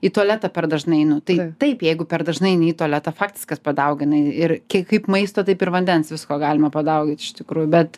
į tualetą per dažnai einu tai taip jeigu per dažnai eini į tualetą faktas kad padauginai ir kaip maisto taip ir vandens visko galima padaugint iš tikrųjų bet